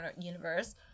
universe